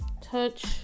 touch